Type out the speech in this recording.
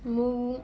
ମୁଁ